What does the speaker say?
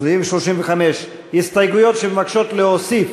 סעיף 35, הסתייגויות שמבקשות להוסיף.